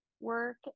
work